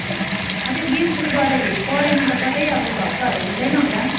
हजुर अब त्यो गेम्सले गर्दाखेरि पढाइमा त कतै अब धक्काहरू हुँदैन होला